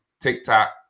TikTok